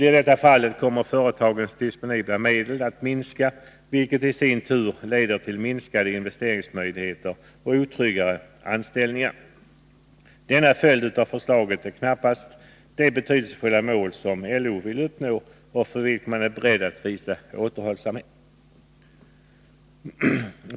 I detta fallet kommer företagens disponibla medel att minska, vilket i sin tur leder till minskade investeringsmöjligheter och otryggare anställningar. Denna följd av förslaget är knappast det betydelsefulla mål som LO vill uppnå och för vilket man är beredd att visa återhållsamhet.